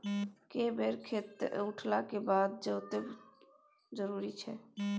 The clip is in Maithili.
के बेर खेत उठला के बाद जोतब जरूरी छै?